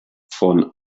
von